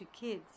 kids